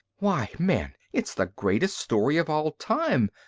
why, man, it's the greatest story of all time.